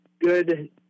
good